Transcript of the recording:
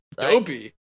Dopey